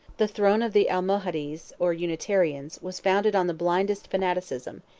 the throne of the almohades, or unitarians, was founded on the blindest fanaticism,